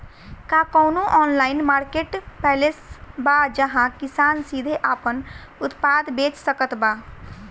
का कउनों online marketplace बा जहां किसान सीधे आपन उत्पाद बेच सकत बा?